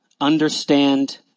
understand